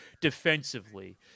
defensively